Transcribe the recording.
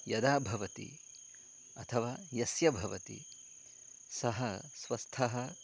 यदा भवति अथवा यस्य भवति सः स्वस्थः